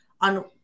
on